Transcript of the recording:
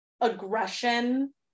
aggression